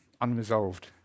unresolved